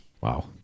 Wow